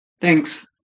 Thanks